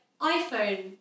iPhone